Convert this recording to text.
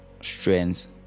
strengths